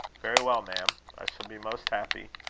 very well, ma'am. i shall be most happy.